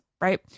right